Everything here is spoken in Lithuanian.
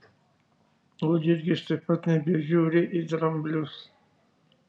gudjurgis taip pat nebežiūri į dramblius